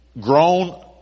grown